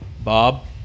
Bob